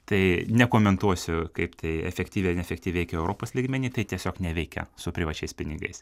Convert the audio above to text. tai nekomentuosiu kaip tai efektyviai neefektyviai veikia europos lygmeny tai tiesiog neveikia su privačiais pinigais